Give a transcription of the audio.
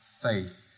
faith